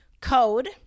code